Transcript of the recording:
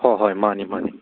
ꯍꯣꯏ ꯍꯣꯏ ꯃꯥꯅꯤ ꯃꯥꯅꯤ